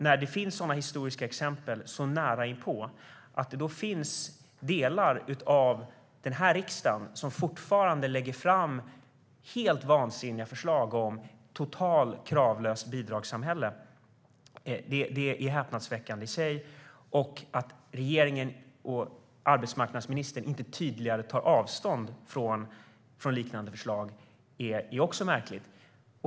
Med sådana historiska exempel så nära inpå är det häpnadsväckande att det finns delar av den här riksdagen som fortfarande lägger fram helt vansinniga förslag om ett totalt kravlöst bidragssamhälle. Att regeringen och arbetsmarknadsministern inte tydligare tar avstånd från liknande förslag är märkligt.